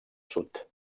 sud